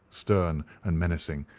stern, and menacing,